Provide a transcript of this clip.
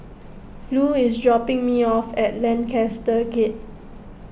Lu is dropping me off at Lancaster Gate